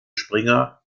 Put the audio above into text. springer